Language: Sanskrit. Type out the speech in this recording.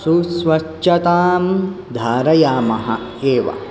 सुस्वच्छतां धारयामः एव